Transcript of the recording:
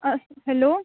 اَس hello